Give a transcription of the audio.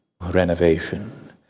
renovation